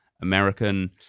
American